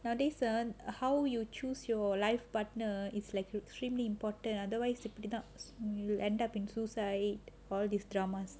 nowadays ah how you choose your life partner it's like extremely important otherwise to put it up you will end up in suicide all this dramas